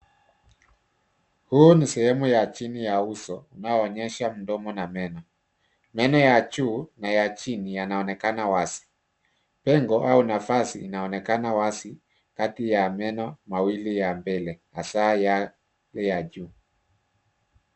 Huu ni sehemu ya chini ya uso unaoonyesha mdomo na meno. Meno ya juu na ya chini yanaonekana wazi. Pengo au nafasi inaonekana wazi kati ya meno mawili ya mbele hasa ya juu.